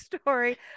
story